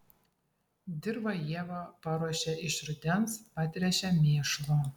dirvą ieva paruošia iš rudens patręšia mėšlu